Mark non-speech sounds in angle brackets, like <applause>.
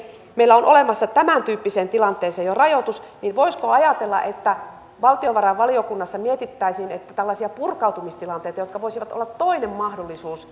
meillä on olemassa tämäntyyppiseen tilanteeseen jo rajoitus voisiko ajatella että valtiovarainvaliokunnassa mietittäisiin että tällaisia purkautumistilanteitakin jotka voisivat olla toinen mahdollisuus <unintelligible>